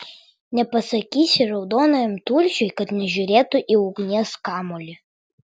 nepasakysi raudonajam tulžiui kad nežiūrėtų į ugnies kamuolį